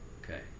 Okay